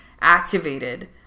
activated